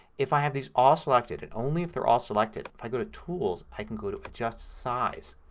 if i have these all selected and only if they're all selected, if i go to tools i can go to adjust size.